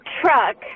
truck